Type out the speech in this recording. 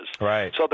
Right